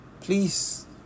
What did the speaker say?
Please